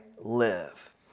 live